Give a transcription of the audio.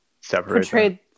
separate